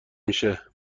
میشه